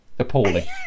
appalling